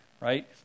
Right